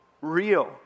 real